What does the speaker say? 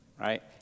right